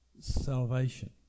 salvation